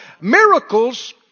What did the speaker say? Miracles